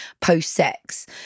post-sex